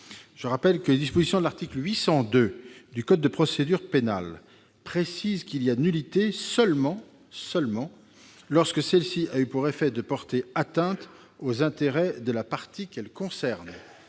Je rappelle que, aux termes des dispositions de l'article 802 du code de procédure pénale, il y a nullité seulement lorsque celle-ci a eu pour effet de porter atteinte aux intérêts de la partie qu'elle concerne.